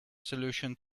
solution